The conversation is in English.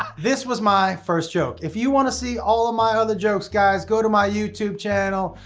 this was my first joke. if you wanna see all of my other jokes guys, go to my youtube channel,